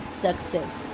success